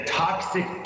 toxic